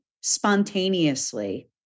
spontaneously